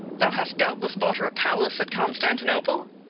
thou hast doubtless bought her a palace at constantinople?